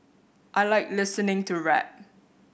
I like listening to rap